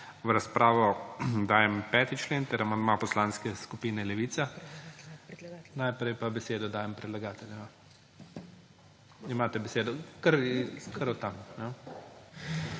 V razpravo dajem 5. člen ter amandma Poslanske skupine Levica. Najprej pa besedo dajem predlagatelju. Imate besedo, kar od tam,